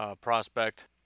prospect